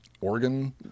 organ